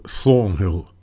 Thornhill